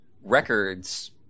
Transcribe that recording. records